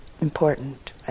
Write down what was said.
important